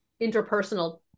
interpersonal